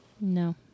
No